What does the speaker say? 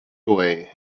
away